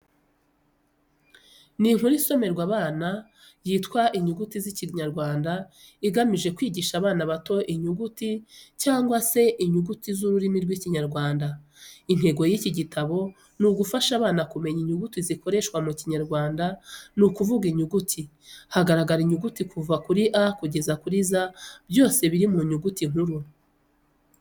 Ni inkuru isomerwa abana yitwa inyuguti z’ikinyarwanda igamije kwigisha abana bato inyuguti cyangwa inyugutu z’ururimi rw’Ikinyarwanda. Intego y'iki gitabo ni ugufasha abana kumenya inyuguti zikoreshwa mu Kinyarwanda ni ukuvuga inyuguti. Hagaragaara inyuguti kuva A kugeza Z byose biri mu nyuguti nkuru.